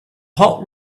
hot